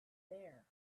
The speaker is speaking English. there